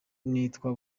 nitwa